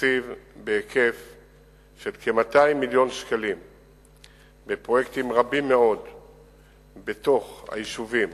תקציב בהיקף של כ-200 מיליון שקלים בפרויקטים רבים מאוד בתוך היישובים